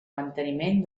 manteniment